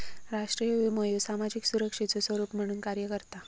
राष्ट्रीय विमो ह्यो सामाजिक सुरक्षेचो स्वरूप म्हणून कार्य करता